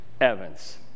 Evans